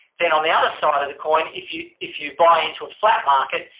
then on the other side of the coin, if you if you buy into a flat market,